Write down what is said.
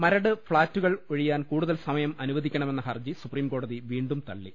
മരട് ഫ്ളാറ്റുകൾ ഒഴിയാൻ കൂടുതൽ സമയം അനുവദിക്ക ണമെന്ന ഹർജി സുപ്രീംകോടതി വീണ്ടും തള്ളി